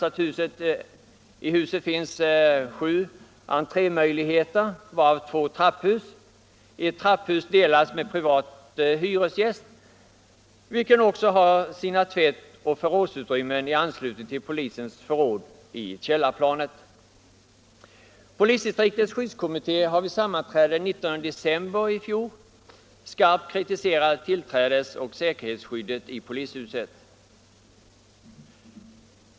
Till huset finns sju entrémöjligheter, varav två trapphus. Ett trapphus delas med privat hyresgäst, vilken också har sina tvättoch förrådsutrymmen i anslutning till polisens förråd i källarplanet. Polisdistriktets skyddskommitté har vid sammanträde den 19 december 1974 skarpt kritiserat tillträdesoch säkerhetsskyddet i polishuset.